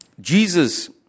Jesus